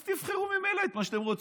אז תבחרו ממילא את מי שאתם רוצים,